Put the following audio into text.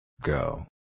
Go